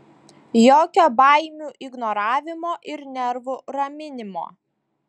jokio baimių ignoravimo ir nervų raminimo